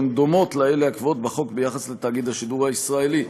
שהן דומות לאלה הקבועות בחוק ביחס לתאגיד השידור הישראלי.